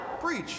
preach